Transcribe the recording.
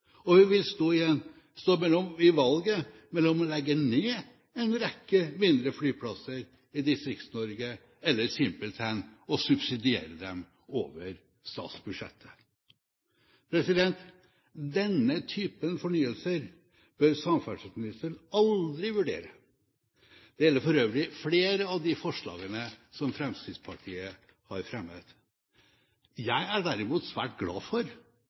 og vi ville stått overfor valget mellom enten å legge ned en rekke mindre flyplasser i Distrikts-Norge eller simpelthen å subsidiere dem over statsbudsjettet. Denne type fornyelser bør samferdselsministeren aldri vurdere. Det gjelder for øvrig flere av de forslagene som Fremskrittspartiet har fremmet. Jeg er derimot svært glad for